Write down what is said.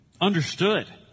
understood